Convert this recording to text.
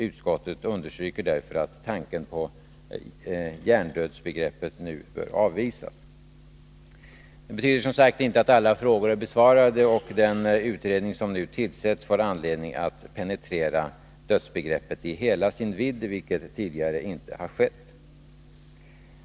Utskottet understryker därför att hjärndödsbegreppet nu bör avvisas. Detta betyder som sagt inte att alla frågor är besvarade. Den utredning som nu tillsätts får anledning att penetrera dödsbegreppet i hela dess vidd, vilket tidigare inte har skett.